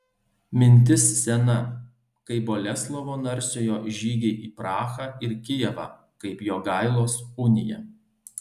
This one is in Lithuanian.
mintis sena kaip boleslovo narsiojo žygiai į prahą ir kijevą kaip jogailos unija